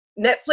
Netflix